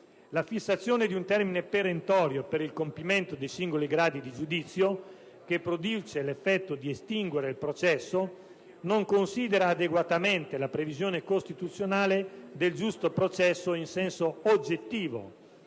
La fissazione di un termine perentorio per il compimento dei singoli gradi di giudizio, che produce l'effetto di estinguere il processo, non considera adeguatamente la previsione costituzionale del giusto processo in senso oggettivo,